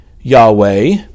Yahweh